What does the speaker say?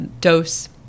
dose